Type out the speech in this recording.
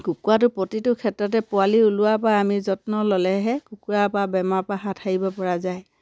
কুকুৰাটো প্ৰতিটো ক্ষেত্ৰতে পোৱালি ওলোৱাৰপৰা আমি যত্ন ল'লেহে কুকুৰাৰপৰা বেমাৰ পৰা হাত সাৰিব পৰা যায়